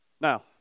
Now